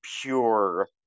pure